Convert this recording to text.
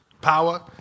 power